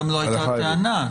גם לא הייתה טענה.